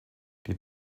die